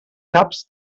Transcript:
caps